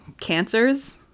Cancers